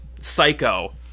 psycho